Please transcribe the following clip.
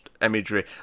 imagery